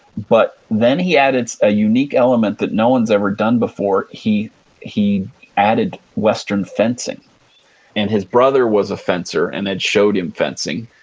but then he added a unique element that no one's ever done before. he he added western fencing and his brother was a fencer and had showed him fencing,